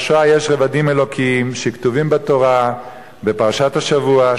לשואה יש רבדים אלוקיים שכתובים בתורה בפרשת השבוע,